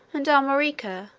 and armorica,